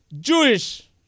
Jewish